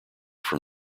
from